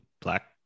Black